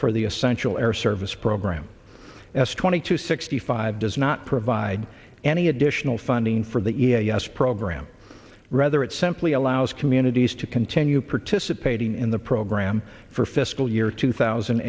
for the essential air service program s twenty two sixty five does not provide any additional funding for the u s program rather it simply allows communities to continue participating in the program for fiscal year two thousand